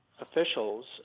officials